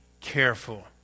careful